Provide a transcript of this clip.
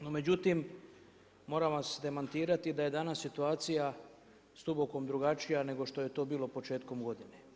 No međutim, moram vas demantirati da je danas situacija s … drugačija nego što je to bilo početkom godine.